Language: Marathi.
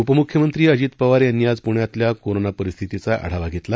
उपमुख्यमंत्री अजित पवार यांनी आज पुण्यातल्या कोरोना परिस्थितीचा आढावा घेतला